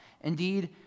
Indeed